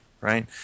right